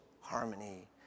harmony